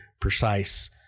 precise